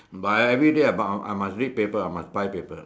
but everyday I bow I must read paper I must buy paper